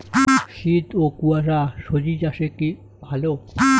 শীত ও কুয়াশা স্বজি চাষে কি ভালো?